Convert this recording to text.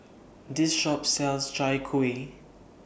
This Shop sells Chai Kuih